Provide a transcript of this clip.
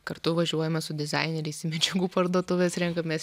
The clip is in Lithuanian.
kartu važiuojame su dizaineriais į medžiagų parduotuves renkamės